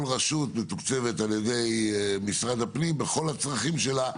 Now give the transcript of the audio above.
רשות מתוקצבת על ידי משרד הפנים בכל הצרכים שלה,